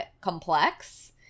complex